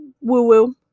woo-woo